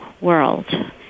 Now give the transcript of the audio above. world